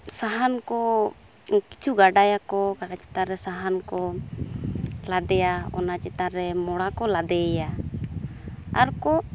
ᱥᱟᱦᱟᱱ ᱠᱚ ᱠᱤᱪᱷᱩ ᱜᱟᱰᱟᱭᱟᱠᱚ ᱜᱟᱰᱟ ᱪᱮᱛᱟᱱ ᱨᱮ ᱥᱟᱦᱟᱱ ᱠᱚ ᱞᱟᱫᱮᱭᱟ ᱚᱱᱟ ᱪᱮᱛᱟᱱ ᱨᱮ ᱢᱚᱲᱟ ᱠᱚ ᱞᱟᱫᱮᱭᱮᱭᱟ ᱟᱨᱠᱚ